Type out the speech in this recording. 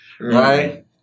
Right